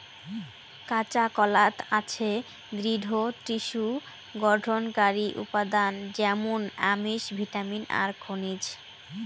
কাঁচাকলাত আছে দৃঢ টিস্যু গঠনকারী উপাদান য্যামুন আমিষ, ভিটামিন আর খনিজ